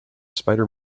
spider